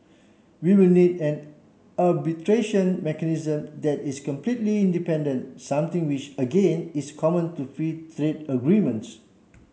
we will need an arbitration mechanism that is completely independent something which again is common to free trade agreements